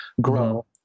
grow